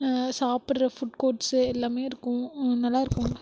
சாப்பிடுற ஃபுட் கோட்ஸு எல்லாமே இருக்கும் நல்லாயிருக்கும்